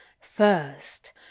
First